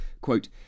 quote